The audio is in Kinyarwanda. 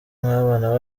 nk’abana